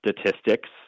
statistics